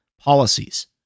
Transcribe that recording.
policies